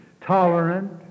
Tolerant